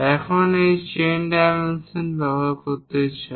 এখন আমরা chain dimension ব্যবহার করতে চাই